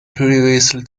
previously